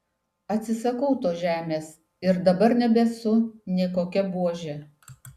atsisakau tos žemės ir dabar nebesu nė kokia buožė